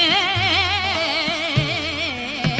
a